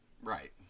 Right